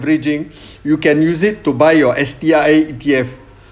averaging you can use it to buy your S_T_I E_T_F